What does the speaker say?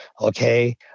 Okay